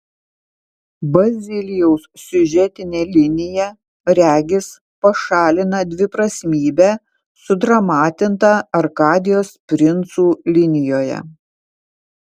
bazilijaus siužetinė linija regis pašalina dviprasmybę sudramatintą arkadijos princų linijoje